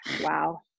Wow